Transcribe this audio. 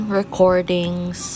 recordings